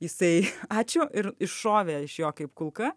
jisai ačiū ir iššovė iš jo kaip kulka